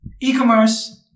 e-commerce